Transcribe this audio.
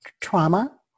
trauma